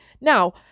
now